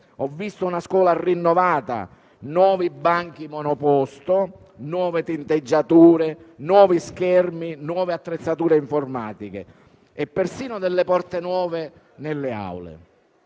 ho visto una scuola rinnovata, nuovi banchi monoposto, nuove tinteggiature, nuovi schermi, nuove attrezzature informatiche e persino porte nuove nelle aule.